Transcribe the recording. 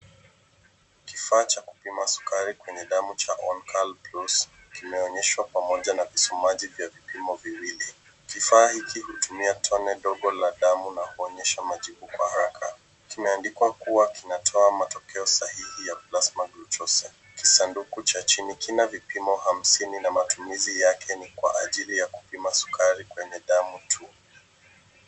Kifaa cha kupima sukari kwenye damu cha On Call Plus kimeonyeshwa pamoja na visomaji vya vipimo viwili. Kifaa hiki hutumia tone ndogo la damu huonyesha majibu kwa haraka. Kimeandikwa kuwa kinatoa matokeo sahihi ya plasma glutocen. Kisanduku cha chini kina vipimo hamsini na matumizi yake kwa ajili ya kupima sukari kwenye damu tu.